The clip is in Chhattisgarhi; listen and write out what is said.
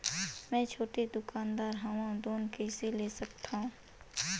मे छोटे दुकानदार हवं लोन कइसे ले सकथव?